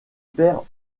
perd